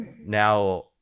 now